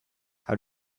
how